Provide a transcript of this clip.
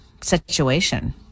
situation